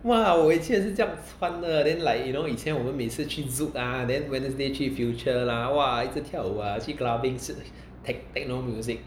!wah! 我以前也是这样穿的 then like you know 以前我们每次去 zouk ah then wednesday 去 future lah !wah! 一直跳舞啦去 clubbing tech techno music